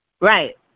Right